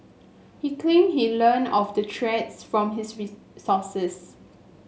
he claimed he learnt of the threats from his resources